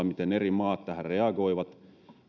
miten maailmalla eri maat tähän reagoivat